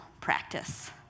practice